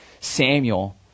Samuel